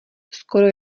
skoro